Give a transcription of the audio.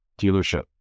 dealership